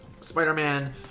Spider-Man